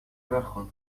بخون